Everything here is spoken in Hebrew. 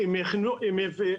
המים?